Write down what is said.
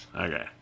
Okay